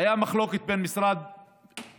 הייתה מחלוקת בין המשרדים.